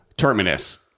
Terminus